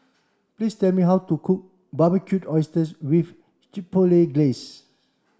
please tell me how to cook Barbecued Oysters with Chipotle Glaze